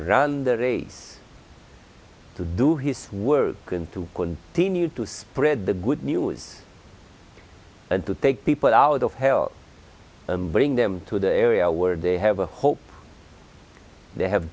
run the race to do his word can to continue to spread the good news and to take people out of hell and bring them to the area where they have a hope they have